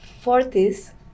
forties